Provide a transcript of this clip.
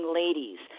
ladies